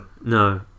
No